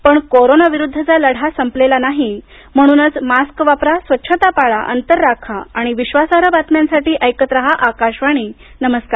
पण कोरोना विरुद्धचा लढा संपलेला नाही म्हणूनच मास्क वापरा स्वच्छता पाळा अंतर राखा आणि विश्वासार्ह बातम्यांसाठी ऐकत रहा आकाशवाणी नमस्कार